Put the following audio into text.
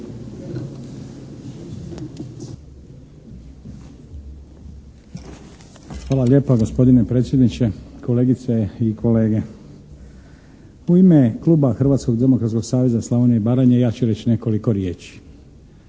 Hvala lijepa gospodine predsjedniče. Kolegice i kolege! U ime Kluba Hrvatskog demokratskog saveza Slavonije i Baranje ja ću reći nekoliko riječi.